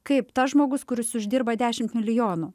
kaip tas žmogus kuris uždirba dešimt milijonų